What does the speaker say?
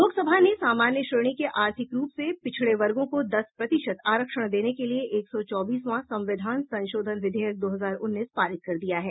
लोकसभा ने सामान्य श्रेणी के आर्थिक रूप से पिछड़े वर्गों को दस प्रतिशत आरक्षण देने के लिए एक सौ चौबीसवां संविधान संशोधन विधेयक दो हजार उन्नीस पारित कर दिया है